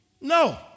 No